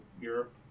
Europe